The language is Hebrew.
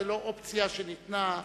זו לא אופציה שניתנה,